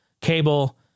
cable